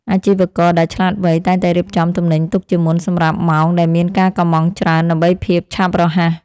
អាជីវករដែលឆ្លាតវៃតែងតែរៀបចំទំនិញទុកជាមុនសម្រាប់ម៉ោងដែលមានការកុម្ម៉ង់ច្រើនដើម្បីភាពឆាប់រហ័ស។